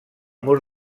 mur